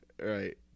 Right